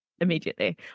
immediately